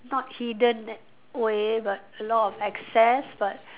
not hidden way but a lot of access but